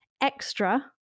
extra